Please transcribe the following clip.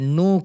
no